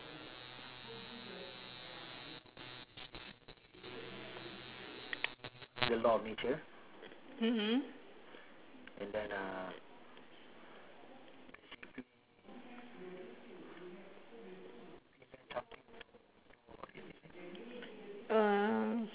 mm mm um